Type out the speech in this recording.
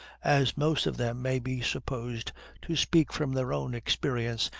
as most of them may be supposed to speak from their own experience,